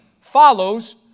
follows